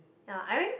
ya i maybe